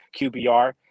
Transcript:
QBR